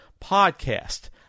podcast